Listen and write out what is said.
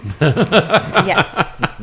yes